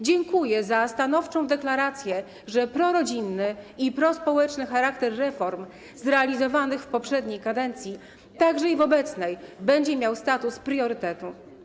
Dziękuję za stanowczą deklarację, że prorodzinny i prospołeczny charakter reform zrealizowanych w poprzedniej kadencji także w obecnej będzie miał status priorytetu.